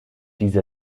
diese